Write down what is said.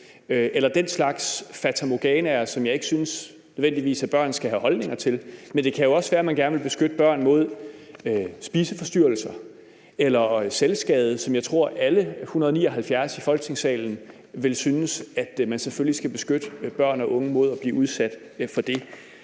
eller den slags fatamorganaer, som jeg ikke synes at børn nødvendigvis skal have holdninger til. Men det kan jo også være, at man gerne vil beskytte børn mod spiseforstyrrelser eller selvskade, som jeg tror alle 179 medlemmer i Folketingssalen vil synes at man skal beskytte børn og unge mod at blive udsat for.